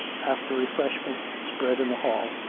after refreshment spread in the hall,